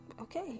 Okay